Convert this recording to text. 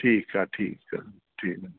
ठीकु आहे ठीकु आहे थी वेंदनि